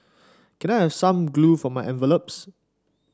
can I have some glue for my envelopes